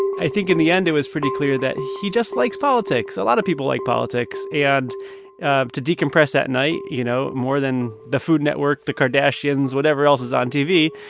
i think in the end, it was pretty clear that he just likes politics. a lot of people like politics. and to decompress at night, you know, more than the food network, the kardashians, whatever else is on tv,